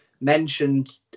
mentioned